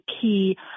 key